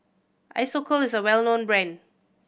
Isocal is a well known brand